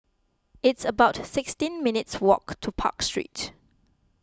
it's about sixteen minutes' walk to Park Street